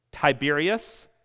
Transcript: Tiberius